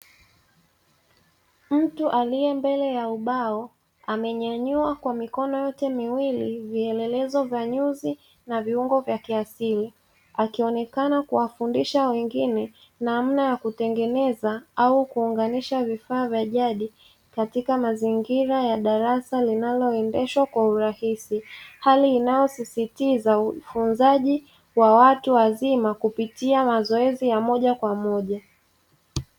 Mtu aliye mbele ya ubao amenyanyua kwa mikono yote miwili vielelezo vya nyuzi na viungo vya kiasili, akionekana kuwafundisha wengine namna ya kutengeneza au kuunganisha vifaa vya jadi, katika mazingira ya darasa linaloendeshwa kwa urahisi, hali inayosisitiza ujifunzaji wa watu wazima kupitia mazoezi ya moja kwa moja.